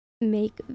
make